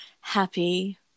happy